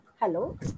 Hello